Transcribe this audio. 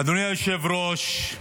אדוני היושב-ראש,